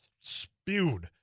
spewed